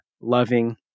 loving